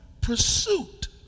pursuit